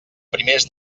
primers